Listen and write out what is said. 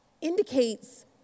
indicates